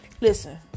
Listen